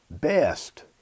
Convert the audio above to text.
Best